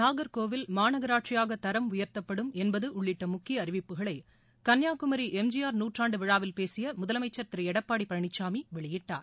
நாகர்கோவில் மாநகராட்சியாக தரம் உயர்த்தப்படும் என்பது உள்ளிட்ட முக்கிய அறிவிப்புகளை கன்னியாகுமரி எம் ஜி ஆர் நூற்றாண்டு விழாவில் பேசிய முதலமைச்சர் திரு எடப்பாடி பழனிசாமி வெளியிட்டார்